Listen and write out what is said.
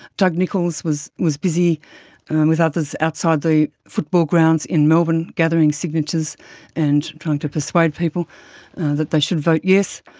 doug nicholls was was busy with others outside the football grounds in melbourne gathering signatures and trying to persuade people that they should vote yes.